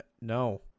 no